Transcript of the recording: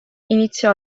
iniziò